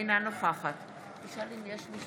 אינה נוכחת האם יש מי